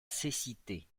cécité